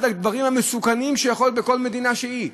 אחד הדברים המסוכנים שיכולים להיות בכל מדינה שהיא.